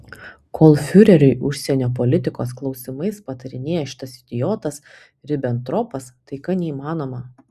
kol fiureriui užsienio politikos klausimais patarinėja šitas idiotas ribentropas taika neįmanoma